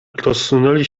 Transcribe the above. rozsunęli